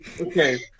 Okay